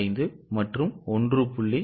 15 மற்றும் 1